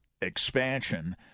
expansion